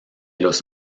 los